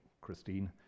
Christine